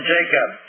Jacob